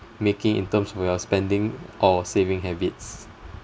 making in terms of your spending or saving habits